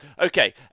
Okay